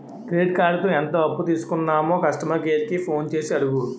credit కార్డుతో ఎంత అప్పు తీసుకున్నామో కస్టమర్ కేర్ కి ఫోన్ చేసి అడుగు